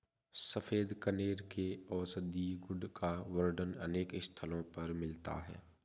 सफेद कनेर के औषधीय गुण का वर्णन अनेक स्थलों पर मिलता है